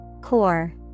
Core